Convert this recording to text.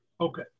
Okay